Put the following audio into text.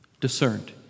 discerned